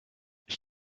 ich